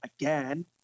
again